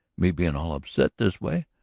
me being all upset this way,